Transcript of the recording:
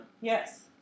Yes